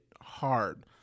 hard